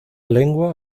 lengua